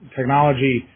technology